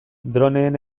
droneen